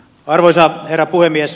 arvoisa herra puhemies